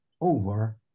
over